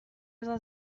بزار